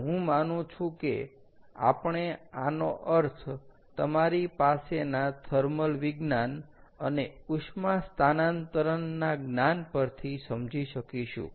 તો હું માનું છું કે આપણે આનો અર્થ તમારી પાસેના થર્મલ વિજ્ઞાન અને ઉષ્મા સ્થાનાંતરણ ના જ્ઞાન પરથી સમજી શકીશું